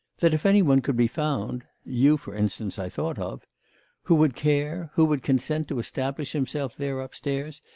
that if any one could be found you, for instance, i thought of who would care, who would consent to establish himself there upstairs,